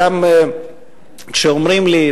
גם כשאומרים לי,